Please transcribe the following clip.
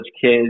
kids